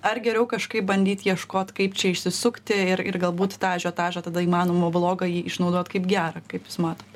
ar geriau kažkaip bandyt ieškot kaip čia išsisukti ir ir galbūt tą ažiotažą tada įmanoma blogąjį išnaudot kaip gerą kaip jūs matot